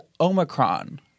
Omicron